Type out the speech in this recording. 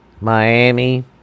Miami